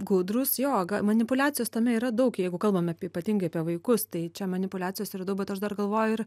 gudrūs jo ga manipuliacijos tame yra daug jeigu kalbam ypatingai apie vaikus tai čia manipuliacijos yra daug bet aš dar galvoju ir